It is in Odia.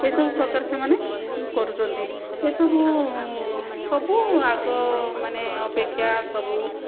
ଏଇସବୁ ପ୍ରକାର ସେମାନେ କରୁଛନ୍ତି ଏଇସବୁ ସବୁ ଆଗ ମାନେ ଅପେକ୍ଷା ସବୁ